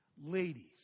Ladies